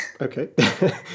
Okay